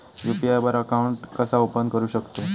UPI वर account कसा open करू शकतव?